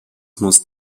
muss